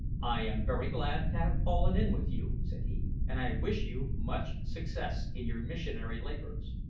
i am very glad to have fallen in with you, said he, and i wish you much success in your missionary labours.